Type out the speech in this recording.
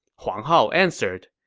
huang hao answered,